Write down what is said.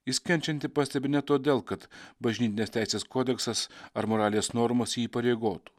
jis kenčiantį pastebi ne todėl kad bažnytinės teisės kodeksas ar moralės normos jį įpareigotų